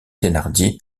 thénardier